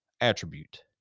attribute